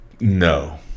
no